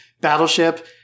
battleship